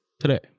today